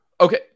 Okay